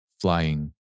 flying